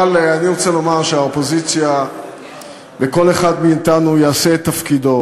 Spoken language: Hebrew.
אבל אני רוצה לומר שהאופוזיציה וכל אחד מאתנו יעשה את תפקידו.